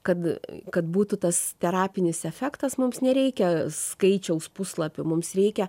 kad kad būtų tas terapinis efektas mums nereikia skaičiaus puslapių mums reikia